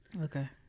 Okay